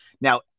Now